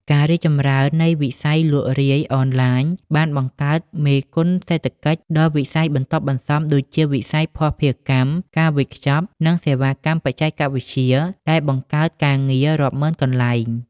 ការរីកចម្រើននៃវិស័យលក់រាយអនឡាញបានបង្កើត មេគុណសេដ្ឋកិច្ច ដល់វិស័យបន្ទាប់បន្សំ ដូចជាវិស័យភស្តុភារកម្ម ការវេចខ្ចប់ និងសេវាកម្មបច្ចេកវិទ្យា ដែលបង្កើតការងាររាប់ម៉ឺនកន្លែង។